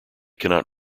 cannot